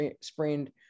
sprained